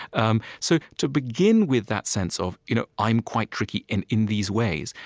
um so to begin with that sense of, you know i'm quite tricky and in these ways.